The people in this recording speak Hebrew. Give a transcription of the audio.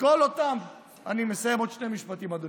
אני מסיים בעוד שני משפטים, אדוני.